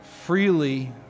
freely